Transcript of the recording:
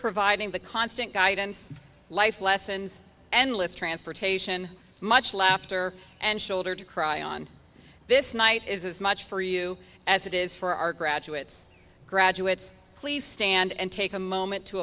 providing the constant guidance life lessons enlist transportation much laughter and shoulder to cry on this night is as much for you as it is for our graduates graduates please stand and take a moment to